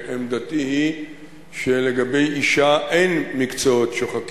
עמדתי היא שלגבי אשה אין מקצועות שוחקים.